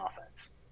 offense